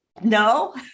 no